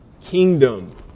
Kingdom